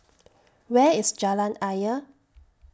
Where IS Jalan Ayer